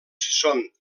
són